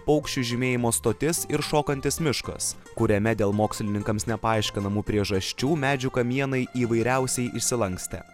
paukščių žymėjimo stotis ir šokantis miškas kuriame dėl mokslininkams nepaaiškinamų priežasčių medžių kamienai įvairiausiai išsilankstę